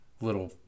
little